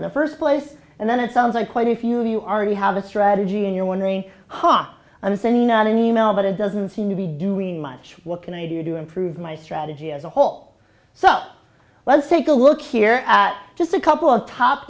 in the first place and then it sounds like quite a few of you already have a strategy and you're wondering ha i'm sending out an e mail but it doesn't seem to be doing much what can i do to improve my strategy as a whole so let's take a look here at just a couple of top